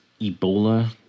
Ebola